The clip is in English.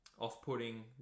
off-putting